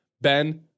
Ben